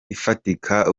ifatika